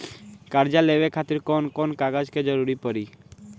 कर्जा लेवे खातिर कौन कौन कागज के जरूरी पड़ी?